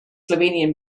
slovenian